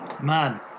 Man